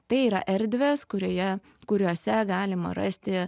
tai yra erdves kurioje kuriose galima rasti